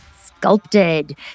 sculpted